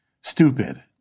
stupid